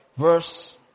verse